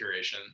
curation